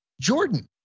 Jordan